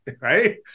right